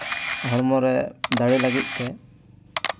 ᱦᱚᱲᱢᱚ ᱨᱮ ᱫᱟᱲᱮ ᱞᱟᱹᱜᱤᱫ ᱛᱮ